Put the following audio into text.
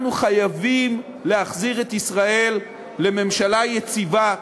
אנחנו חייבים להחזיר את ישראל לממשלה יציבה,